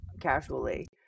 casually